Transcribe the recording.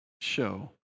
show